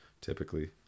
typically